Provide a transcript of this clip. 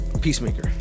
Peacemaker